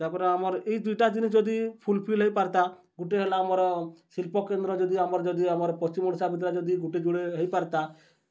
ତା'ର୍ପରେ ଆମର୍ ଇ ଦୁଇଟା ଜିନିଷ୍ ଯଦି ଫୁଲ୍ଫିଲ୍ ହେଇପାର୍ତା ଗୁଟେ ହେଲା ଆମର୍ ଶିଳ୍ପକେନ୍ଦ୍ର ଯଦି ଆମର୍ ଯଦି ଆମର୍ ପଶ୍ଚିମ୍ଓଡ଼ିଶା ଭିତ୍ରେ ଯଦି ଗୁଟେଯୁଡ଼େ ହେଇପାର୍ତା